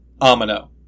Amino